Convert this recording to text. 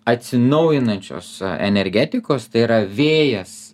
atsinaujinančios energetikos tai yra vėjas